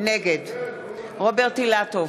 נגד רוברט אילטוב,